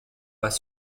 pas